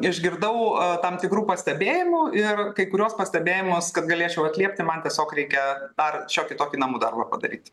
išgirdau tam tikrų pastebėjimų ir kai kuriuos pastebėjimus kad galėčiau atliepti man tiesiog reikia dar šiokį tokį namų darbą padaryti